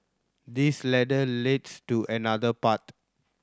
this ladder leads to another path